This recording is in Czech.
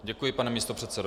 Děkuji, pane místopředsedo.